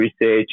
research